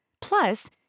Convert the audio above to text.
Plus